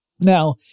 Now